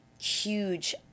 huge